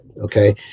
okay